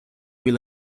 will